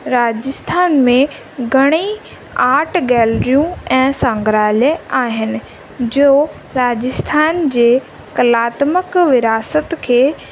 राजस्थान में घणेई आट गैलरियूं ऐं संघ्रालय आहिनि जो राजस्थान जे कलात्मक विरासत खे